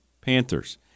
Panthers